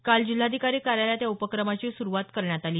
काल जिल्हाधिकारी कार्यालयात या उपक्रमाची सुरुवात करण्यात आली